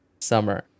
summer